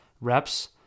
reps